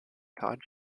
todd